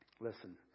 Listen